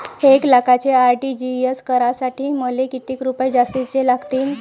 एक लाखाचे आर.टी.जी.एस करासाठी मले कितीक रुपये जास्तीचे लागतीनं?